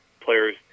players